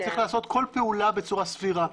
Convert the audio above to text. צריך לעשות כל פעולה בצורה סבירה.